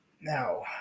Now